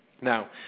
Now